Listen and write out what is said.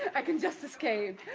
i can just escape.